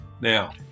Now